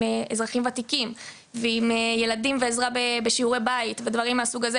אזרחים וותיקים ועם ילדים ועזרה בשיעורי בית וכל מיני דברים מהסוג הזה,